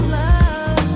love